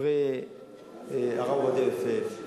שספרי הרב עובדיה יוסף,